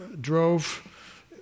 drove